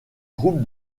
groupe